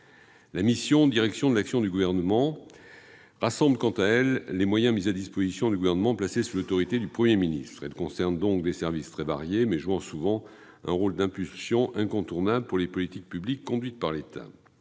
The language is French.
La mission « Direction de l'action du Gouvernement » rassemble, quant à elle, les moyens mis à disposition du Gouvernement, placés sous l'autorité du Premier ministre. Elle concerne donc des services très variés, qui jouent souvent un rôle d'impulsion incontournable pour les politiques publiques conduites par l'État.